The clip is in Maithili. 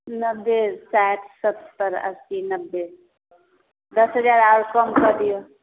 नब्बे साठि सत्तर अस्सी नब्बे दस हजार आओर कम कऽ दिऔ